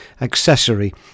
accessory